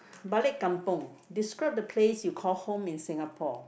balik kampung describe the place you call home in Singapore